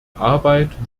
arbeit